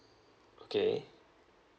okay